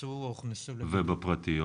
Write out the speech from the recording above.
שנכנסו --- ובפרטיות?